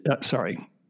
Sorry